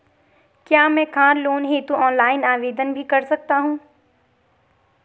क्या मैं car loan हेतु ऑनलाइन आवेदन भी कर सकता हूँ?